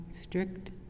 strict